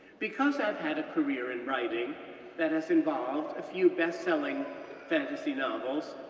because i've had a career in writing that has involved a few bestselling fantasy novels,